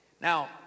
Now